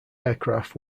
aircraft